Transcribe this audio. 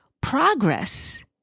progress